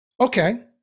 okay